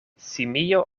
simio